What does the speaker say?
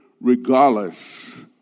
regardless